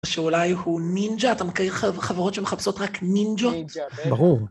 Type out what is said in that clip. שאולי הוא נינג'ה, אתה מכיר חברות שמחפשות רק נינג'ה? נינג'ה, ברור.